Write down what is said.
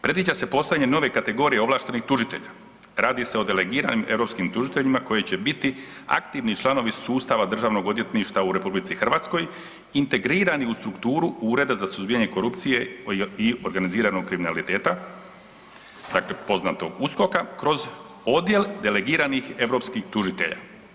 Predviđa se postojanje nove kategorije ovlaštenih tužitelja, radi se o delegiranim europskim tužiteljima koji će biti aktivni članovi sustava Državnog odvjetništva u RH integrirani u struktura Ureda za suzbijanje korupcije i organiziranog kriminaliteta, dakle poznatog USKOK-a kroz odjel delegiranih europskih tužitelja.